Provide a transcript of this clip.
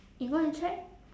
you go and check